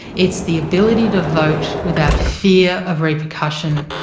it's the ability to vote without fear of repercussion,